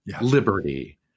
liberty